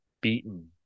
beaten